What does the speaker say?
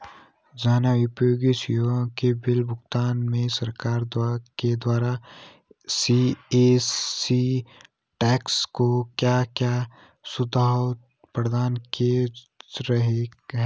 जन उपयोगी सेवाओं के बिल भुगतान में सरकार के द्वारा सी.एस.सी सेंट्रो को क्या क्या सुविधाएं प्रदान की जा रही हैं?